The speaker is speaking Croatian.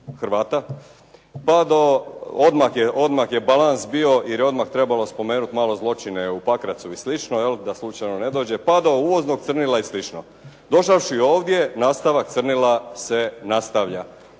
Hrvata pa do, odmah je balans bio jer je odmah trebalo spomenuti malo zločine u Pakracu i slično, jel' da slučajno ne dođe pa do uvoznog crnila i slično. Došavši ovdje nastavak crnila se nastavlja.